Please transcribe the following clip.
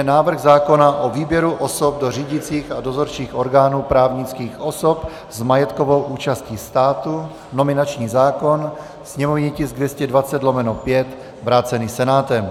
Návrh zákona o výběru osob do řídících a dozorčích orgánů právnických osob s majetkovou účastí státu (nominační zákon) /sněmovní tisk 220/5/ vrácený Senátem